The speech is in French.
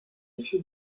ces